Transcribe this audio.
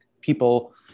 people